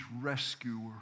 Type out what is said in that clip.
Rescuer